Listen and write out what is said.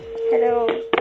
Hello